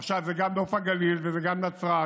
עכשיו, זה גם נוף הגליל, זה גם נצרת,